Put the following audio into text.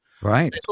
Right